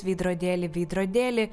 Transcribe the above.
veidrodėli veidrodėli